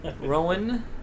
Rowan